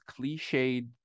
cliched